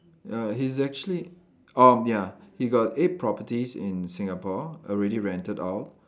ya he's actually um ya he got eight properties in Singapore already rented out